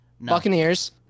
Buccaneers